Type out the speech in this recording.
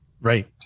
Right